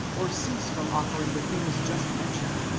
or cease from offering the things just mentioned.